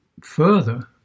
further